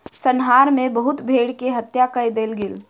संहार मे बहुत भेड़ के हत्या कय देल गेल